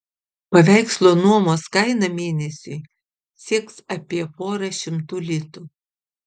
paveikslo nuomos kaina mėnesiui sieks apie porą šimtų litų